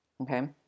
Okay